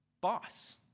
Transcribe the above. boss